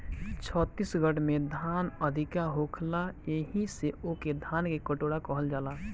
छत्तीसगढ़ में धान अधिका होखेला एही से ओके धान के कटोरा कहल जाला